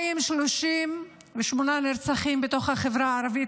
238 נרצחים בחברה הערבית